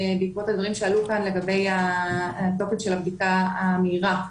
בעקבות הדברים שעלו כאן לגבי תוקף הבדיקה המהירה,